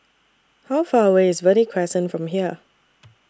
How Far away IS Verde Crescent from here